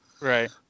Right